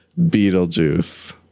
Beetlejuice